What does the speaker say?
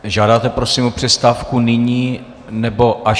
Žádáte, prosím, o přestávku nyní, nebo až...